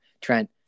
Trent